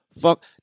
Fuck